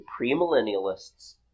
premillennialist's